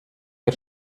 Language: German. der